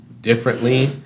differently